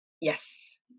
Yes